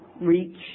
reach